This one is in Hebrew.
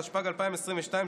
התשפ"ג 2022,